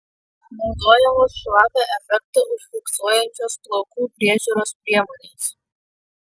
naudojamos šlapią efektą užfiksuojančios plaukų priežiūros priemonės